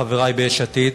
חברי ביש עתיד,